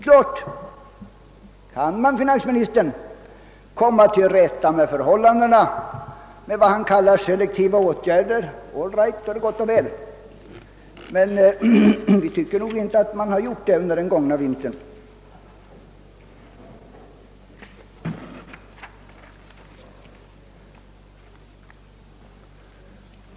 Om finansministern kan komma till rätta med förhållandena genom vad han kallar selektiva åtgärder är det självfallet gott och väl, men vi tycker att man inte har lyckats med detta under den gångna vintern.